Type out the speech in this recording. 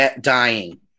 dying